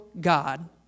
God